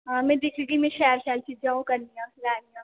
हां में दिक्खगी शैल शैल चीजां में ओह् करनियां में